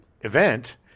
event